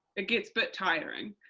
it gets bit tiring,